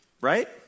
Right